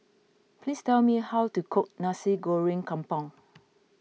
please tell me how to cook Nasi Goreng Kampung